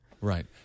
Right